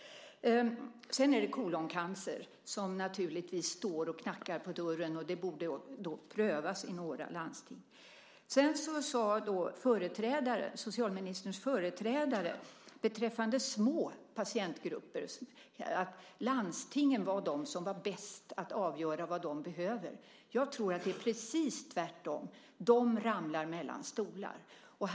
Sedan är det koloncancer som naturligtvis står och knackar på dörren, och det borde prövas i några landsting. Socialministerns företrädare sade beträffande små patientgrupper att landstingen var de som var bäst på att avgöra vad de behöver. Jag tror att det är precis tvärtom. De ramlar mellan stolarna.